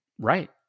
Right